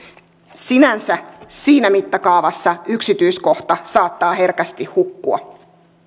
siinä mittakaavassa sinänsä yksityiskohta saattaa herkästi hukkua